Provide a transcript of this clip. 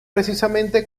precisamente